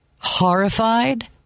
horrified